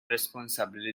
responsabbli